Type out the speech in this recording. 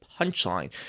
punchline